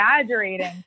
exaggerating